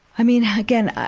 i mean, again, i,